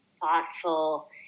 thoughtful